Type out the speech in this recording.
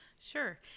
Sure